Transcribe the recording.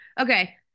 Okay